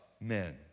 men